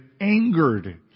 angered